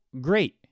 great